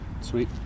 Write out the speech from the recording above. Sweet